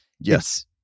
Yes